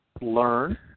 learn